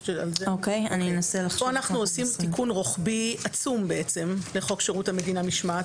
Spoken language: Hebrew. פה אנו עושים תיקון רוחבי עצום לחוק שירות המדינה משמעת.